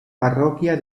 parroquia